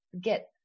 get